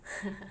[ho]